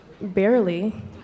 Barely